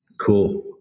Cool